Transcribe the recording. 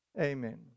Amen